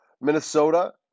Minnesota